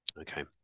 Okay